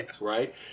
right